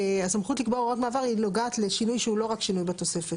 הסמכות לקבוע הוראות מעבר היא נוגעת לשינוי שהוא לא רק שינוי בתוספת.